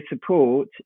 support